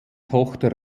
tochter